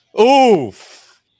Oof